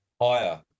Higher